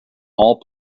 all